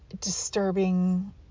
disturbing